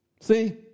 See